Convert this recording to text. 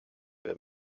wer